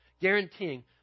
guaranteeing